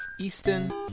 Easton